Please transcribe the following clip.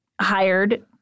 hired